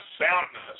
soundness